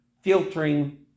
filtering